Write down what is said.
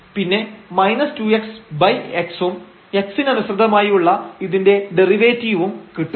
പിന്നെ 2x x ഉം x ന് അനുസൃതമായി ഉള്ള ഇതിന്റെ ഡെറിവേറ്റീവും കിട്ടും